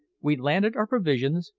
we landed our provisions,